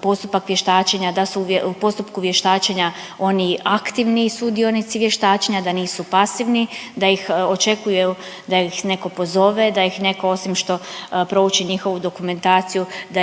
postupak vještačenja, da su u postupku vještačenja oni aktivni sudionici vještačenja, da nisu pasivni, da očekuju da ih netko pozove, da ih netko osim što prouči njihovu dokumentaciju da ih